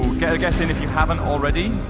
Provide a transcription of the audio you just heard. get a guess in if you haven't already.